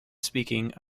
speaking